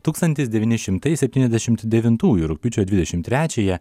tūkstantis devyni šimtai septyniasdešimt devintųjų rugpjūčio dvidešim trečiąją